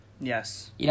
Yes